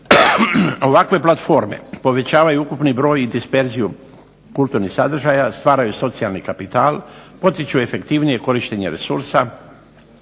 Ovakve platforme povećavaju ukupni broj i disperziju kulturnih sadržaja, stvaraju socijalni kapital, potiču efektivnije korištenje resursa,